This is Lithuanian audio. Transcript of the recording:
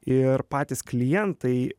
ir patys klientai